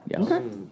Yes